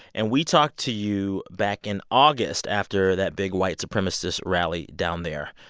and we talked to you back in august after that big white supremacist rally down there.